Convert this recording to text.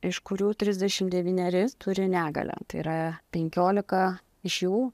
iš kurių trisdešimt devyneri turi negalią tai yra penkiolika iš jų